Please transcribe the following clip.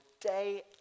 day